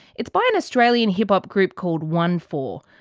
it's by an australian hip hop group called onefour.